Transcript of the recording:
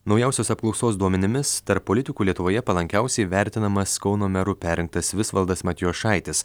naujausios apklausos duomenimis tarp politikų lietuvoje palankiausiai vertinamas kauno meru perrinktas visvaldas matijošaitis